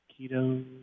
keto